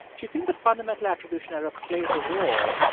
do you think the fundamental attribution error plays a role,